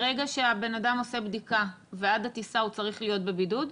ברגע שבן אדם עושה בדיקה ועד הטיסה הוא צריך להיות בבידוד?